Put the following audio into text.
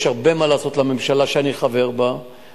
יש הרבה מה לעשות לממשלה שאני חבר בה,